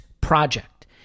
project